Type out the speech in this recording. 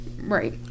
right